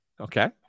okay